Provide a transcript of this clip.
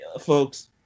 folks